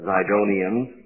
Zidonians